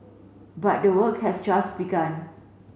but the work has just begun